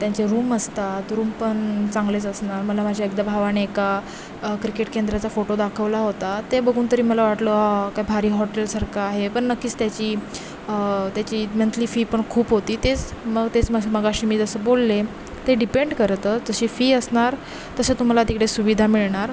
त्यांचे रूम असतात रूम पण चांगलेच असणार मला माझ्या एकदा भावाने एका क्रिकेट केंद्राचा फोटो दाखवला होता ते बघून तरी मला वाटलं अहाहा काय भारी हॉटेलसारखं आहे पण नक्कीच त्याची त्याची मंथली फी पण खूप होती तेच मग तेच मग अशी मी जसं बोलले ते डिपेंड करत जशी फी असणार तसं तुम्हाला तिकडे सुविधा मिळणार